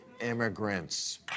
Immigrants